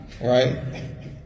Right